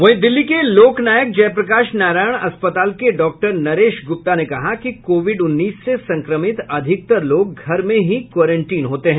वहीं दिल्ली के लोक नायक जयप्रकाश नारायण अस्पताल के डॉक्टर नरेश गुप्ता ने कहा कि कोविड उन्नीस से संक्रमित अधिकतर लोग घर में ही क्वारंटीन होते हैं